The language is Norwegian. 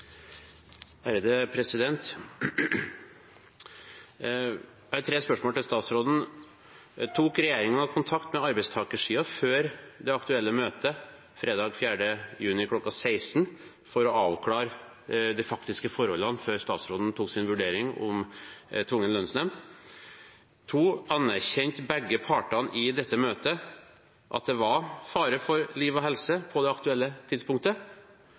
Jeg har tre spørsmål til statsråden. Tok regjeringen kontakt med arbeidstakersiden før det aktuelle møtet fredag 4. juni kl. 16 for å avklare de faktiske forholdene før statsråden tok sin vurdering om tvungen lønnsnemnd? Anerkjente begge partene i dette møtet at det var fare for liv og helse på det aktuelle tidspunktet?